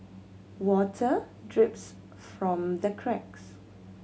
water drips from the cracks